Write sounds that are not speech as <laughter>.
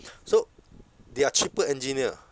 <breath> so they are cheaper engineer